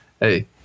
Hey